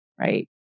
right